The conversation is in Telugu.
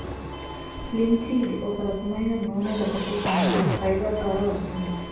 లింసీడ్ ఒక రకమైన నూనెరకపు పంట, ఫైబర్ ద్వారా వస్తుంది